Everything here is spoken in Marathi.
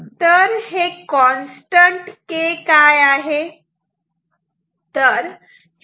हे कॉन्स्टंट K काय आहे